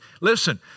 Listen